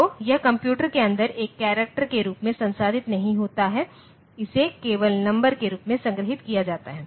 तो यह कंप्यूटर के अंदर एक करैक्टर के रूप में संसाधित नहीं होता है इसे केवल नंबर के रूप में संग्रहीत किया जाता है